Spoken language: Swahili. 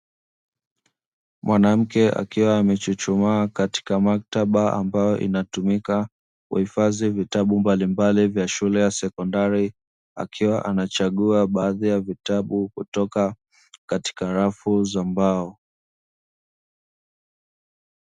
Mwanamke akiwa amechuchumaa katika maktaba ambayo inatumika kuhifadhi vitabu mbalimbali vya shule ya sekondari, akiwa anachagua baadhi ya vitabu kutoka katika rafu za mbao.